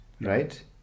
right